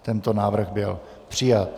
Tento návrh byl přijat.